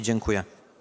Dziękuję.